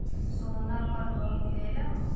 सोना पर लोन मिलेला?